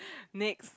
next